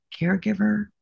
caregiver